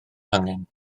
hangen